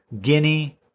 Guinea